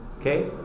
Okay